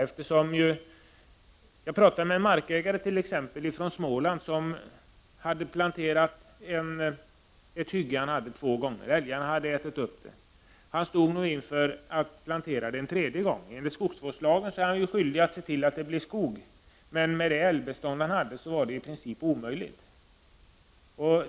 Jag har t.ex. talat med en markägare från Småland, vilken två gånger har planterat ett hygge, där plantorna blivit uppätna av älgar. Han stod nu inför att få plantera en tredje gång. Enligt skogsvårdslagen är han ju skyldig att se till att det blir skog, men med det älgbestånd som han har är det i princip omöjligt.